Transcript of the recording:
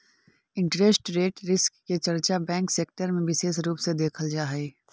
interest rate risk के चर्चा bank sector में विशेष रूप से देखल जा हई